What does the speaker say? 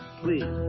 please